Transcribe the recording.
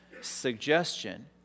suggestion